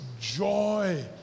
joy